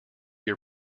your